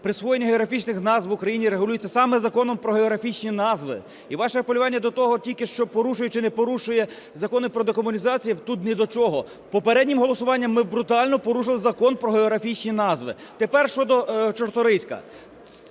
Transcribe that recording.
присвоєння географічних назв в Україні регулюється саме Законом "Про географічні назви". І ваше апелювання до того, що порушує чи не порушує Закон про декомунізацію тут ні до чого. Попереднім голосуванням ми брутально порушили Закон "Про географічні назви". Тепер щодо Чорторийська.